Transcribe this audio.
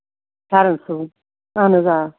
پھٮ۪رن سُوُن اَہَن حظ آ